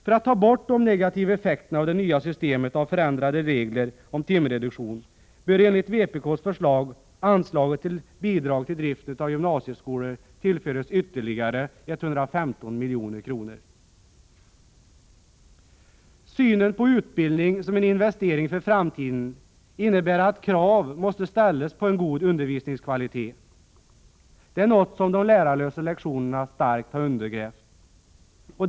För att ta bort de negativa effekterna av det utvidgade systemet med timreduktioner bör enligt vpk:s förslag anslaget till Bidrag till driften av gymnasieskolor tillföras ytterligare 115 milj.kr. Synen på utbildning som en investering för framtiden innebär att krav måste ställas på en god undervisningskvalitet, något som de lärarlösa lektionerna starkt har undergrävt.